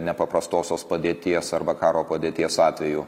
nepaprastosios padėties arba karo padėties atveju